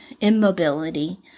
immobility